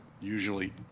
usually